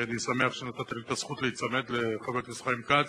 ואני שמח שנתת לי את הזכות להיצמד לחבר הכנסת חיים כץ,